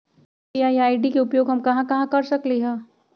UPI ID के उपयोग हम कहां कहां कर सकली ह?